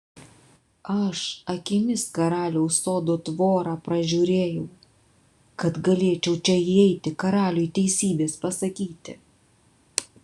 aš akimis karaliaus sodo tvorą pražiūrėjau kad galėčiau čia įeiti karaliui teisybės pasakyti